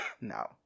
No